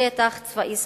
שטח צבאי סגור,